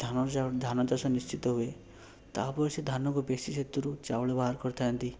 ଧାନ ଚାଉଳ ଧାନ ଚାଷ ନିଶ୍ଚିତ ହୁଏ ତାପରେ ସେ ଧାନକୁ ପେଶି ସେଥିରୁ ଚାଉଳ ବାହାର କରିଥାନ୍ତି